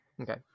Okay